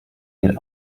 wird